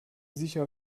sicher